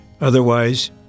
Otherwise